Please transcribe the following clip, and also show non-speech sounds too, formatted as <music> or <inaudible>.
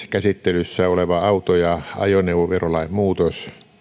<unintelligible> käsittelyssä oleva auto ja ajoneuvoverolain muutos